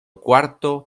cuarto